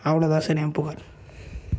அவ்வளோ தான் சார் என் புகார்